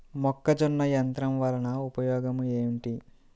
మొక్కజొన్న యంత్రం వలన ఉపయోగము ఏంటి?